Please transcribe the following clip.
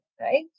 right